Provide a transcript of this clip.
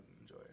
enjoy